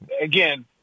again